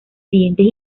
siguientes